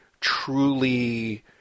truly